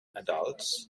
adults